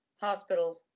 hospital